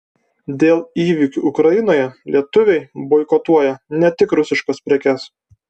dėl įvykių ukrainoje lietuviai boikotuoja ne tik rusiškas prekes